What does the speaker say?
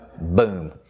boom